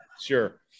sure